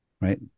Right